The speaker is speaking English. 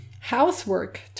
Housework